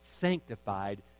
sanctified